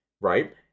Right